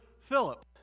Philip